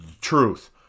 truth